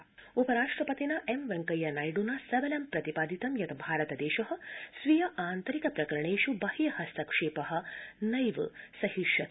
उपराष्ट्रपति उपराष्ट्रपतिना एम वेंकैयानायड्ना सबलं प्रतिपादितं यत् भारतदेश स्वीय आन्तरिक प्रकरणेष् बाह्य हस्तक्षेप नैव सहिष्यते